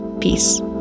Peace